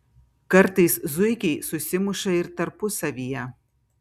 kartais zuikiai susimuša ir tarpusavyje